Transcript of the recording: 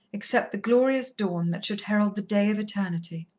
except the glorious dawn that should herald the day of eternity.